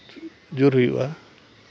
ᱡᱳᱨ ᱦᱩᱭᱩᱜᱼᱟ